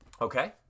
Okay